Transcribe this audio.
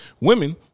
women